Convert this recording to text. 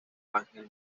ángel